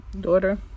daughter